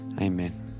Amen